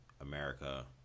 america